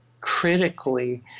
critically